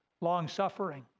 long-suffering